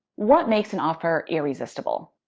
what makes an offer irresistible?